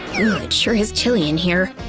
it sure is chilly in here.